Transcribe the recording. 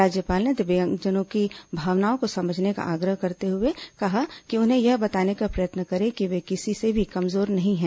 राज्यपाल ने दिव्यांगजनों की भावनाओं को समझने का आग्रह करते हुए कहा कि उन्हें यह बताने का प्रयत्न करें कि वे किसी से भी कमजोर नहीं हैं